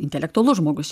intelektualus žmogus